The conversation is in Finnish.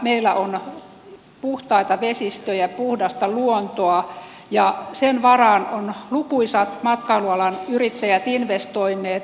meillä on puhtaita vesistöjä puhdasta luontoa ja sen varaan ovat lukuisat matkailualan yrittäjät investoineet suuria summia